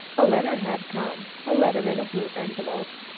a letter had come, a letter in a blue envelope,